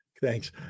Thanks